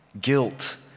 Guilt